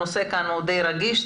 הנושא כאן די רגיש,